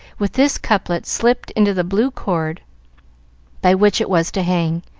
with this couplet slipped into the blue cord by which it was to hang